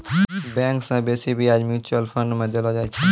bank से बेसी ब्याज म्यूचुअल फंड मे देलो जाय छै